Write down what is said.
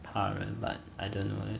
怕人 but I don't know